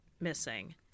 missing